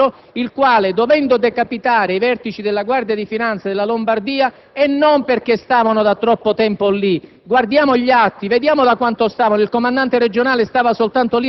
gli atti del tentativo di decapitazione dei vertici della Guardia di finanza della Lombardia, signor ministro Padoa-Schioppa, ci aspettavamo di più da lei: lei è un grande economista,